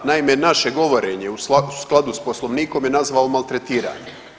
Naime, naše govorenje u skladu s Poslovnikom je nazvao maltretiranje.